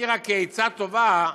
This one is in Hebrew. אני רק, כעצה טובה,